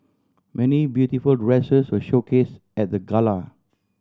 many beautiful dresses were showcase at the gala